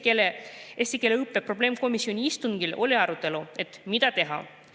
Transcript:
keele õppe [arengu] probleemkomisjoni istungil oli arutelu, mida teha.